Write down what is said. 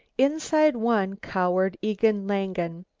inside one cowered egon langen,